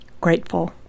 grateful